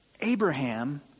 Abraham